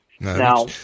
Now